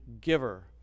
giver